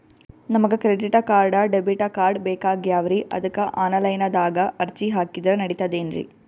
ನಮಗ credit card, debit card ಬೇಕಾಗ್ಯಾವ್ರೀ ಅದಕ್ಕ ಆನಲೈನದಾಗ ಅರ್ಜಿ ಹಾಕಿದ್ರ ನಡಿತದೇನ್ರಿ?